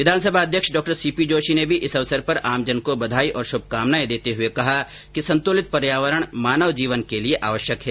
विधानसभा अध्यक्ष डॉ सीपीजोशी ने भी इस अवसर पर आमजन को बधाई और शुभकामनाएं देते हुए कहा है कि संतुलित पर्यावरण मानव जीवन के लिए आवश्यक है